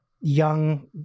young